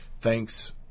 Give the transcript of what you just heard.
Thanks